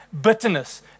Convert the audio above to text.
bitterness